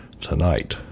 tonight